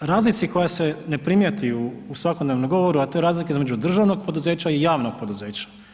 razlici koja se ne primijeti u svakodnevnom govoru, a to je razlika između državnog poduzeća i javnog poduzeća.